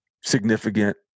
significant